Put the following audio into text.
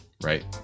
right